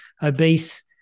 obese